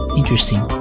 interesting